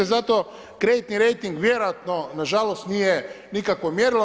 Zato kreditni rejting vjerojatno na žalost nije nikakvo mjerilo.